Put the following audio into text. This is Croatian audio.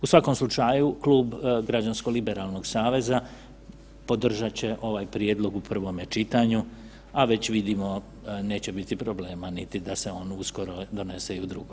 U svakom slučaju klub građansko liberalnog saveza podržat će ovaj prijedlog u prvome čitanju, a već vidimo da neće biti problema niti da se on uskoro donese i u drugome.